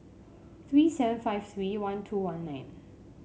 three seven five three one two one nine